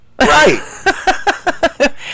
Right